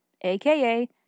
aka